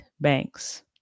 banks